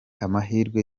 amahirwe